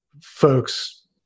folks